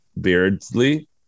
beardsley